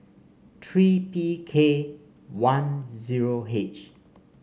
three P K one zero H